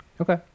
Okay